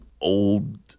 old